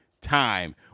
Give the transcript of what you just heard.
time